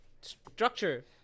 structure